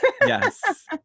Yes